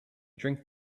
drink